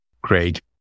Great